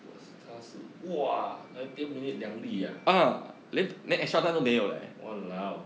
他是 !wah! ninetieth minute 两粒 ah !walao!